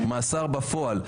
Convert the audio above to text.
מאסר בפועל,